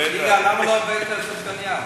יגאל, למה לא הבאת סופגנייה?